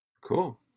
cool